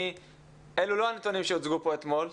אלו לא הנתונים שהוצגו פה אתמול.